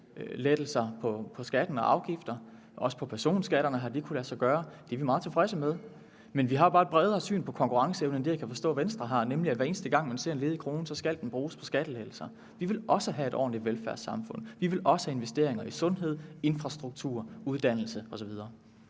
erhvervslettelser på skatter og afgifter. Og også på personskatterne har det kunnet lade sig gøre. Det er vi meget tilfredse med. Men vi har bare et bredere syn på konkurrenceevne end det syn, som jeg kan forstå Venstre har, nemlig at hver eneste gang man ser en ledig krone, skal den bruges på skattelettelser. Vi vil også have et ordentligt velfærdssamfund, vi vil også have investeringer i sundhed, infrastruktur, uddannelse osv.